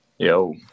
Yo